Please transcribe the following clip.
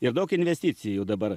ir daug investicijų dabar